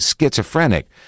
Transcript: schizophrenic